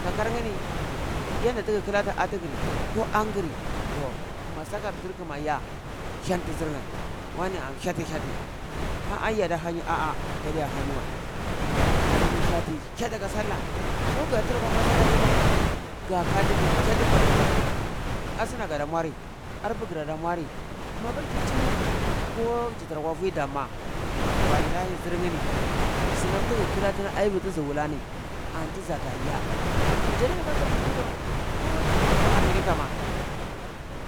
Kakarnyi ni yanda tgi klati atigri ko angiri toh ma sakar dirkuma iya, hyanti zirnye wane am liyati hyati ah ah yada hanyi ah ah gada iya hanyi wəi mugu hyati hyati ka salla ko ga tara kwa massallaci ma ga ka tini hyati mua tira kwa sallah asna gada muari arpu grada muari mapur ji chili ko ji tira kwa vi dam ma wallahi zir nyini sunan tigi klatini aivi tizi wala ni an ti zata iya, jade ka ku vi ni nye ko ji tara kwa amerika ma,